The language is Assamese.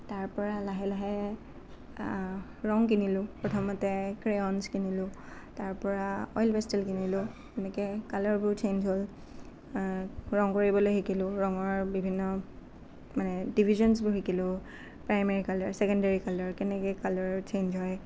তাৰ পৰা লাহে লাহে ৰং কিনিলোঁ প্ৰথমতে ক্ৰেয়নছ কিনিলোঁ তাৰপৰা অইল পেষ্টেল কিনিলোঁ তেনেকৈ কালাৰবোৰ চেঞ্জ হ'ল ৰং কৰিবলৈ শিকিলোঁ ৰংৰ বিভিন্ন মানে ডিভিজনবোৰ শিকিলোঁ প্ৰায়মেৰী কালাৰ চেকেণ্ডেৰী কালাৰ কেনেকৈ কালাৰ চেঞ্জ হয়